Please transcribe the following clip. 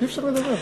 אי-אפשר לדבר.